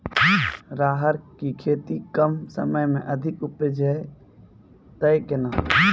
राहर की खेती कम समय मे अधिक उपजे तय केना?